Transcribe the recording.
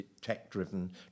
tech-driven